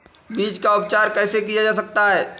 बीज का उपचार कैसे किया जा सकता है?